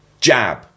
jab